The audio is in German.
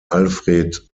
alfred